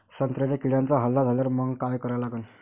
संत्र्यावर किड्यांचा हल्ला झाल्यावर मंग काय करा लागन?